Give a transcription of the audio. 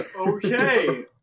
Okay